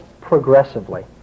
progressively